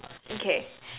okay